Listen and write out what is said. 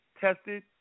tested